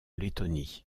lettonie